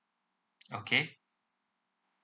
okay